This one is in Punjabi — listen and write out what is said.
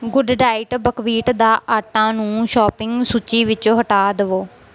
ਗੁੱਡਡਾਇਟ ਬਕਵੀਟ ਦਾ ਆਟਾ ਨੂੰ ਸ਼ੋਪਿੰਗ ਸੂਚੀ ਵਿੱਚੋਂ ਹਟਾ ਦਵੋ